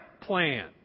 plan